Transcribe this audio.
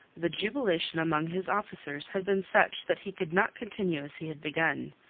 the jubilation among his officers had been such that he could not continue as he had begun.